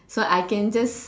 so I can just